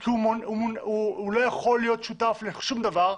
כי הוא לא יכול להיות שותף לשום דבר.